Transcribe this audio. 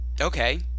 Okay